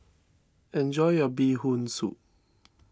enjoy your Bee Hoon Soup